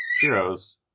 Heroes